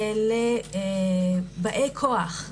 לבאי כוח,